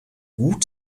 gut